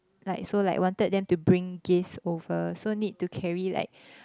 like so like wanted them to bring gifts over so need to carry like